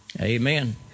Amen